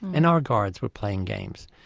and our guards were playing games.